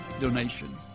donation